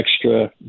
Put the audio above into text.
extra